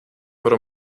pro